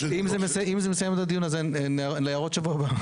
אם זזה מסיים את הדיון, אז להערות שבוע הבא.